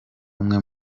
umwe